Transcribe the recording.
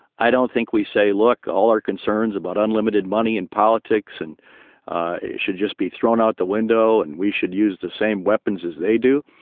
i don't think we say, look, all our concerns about unlimited money in politics and it should just be thrown out the window and we should use the same weapons as they do.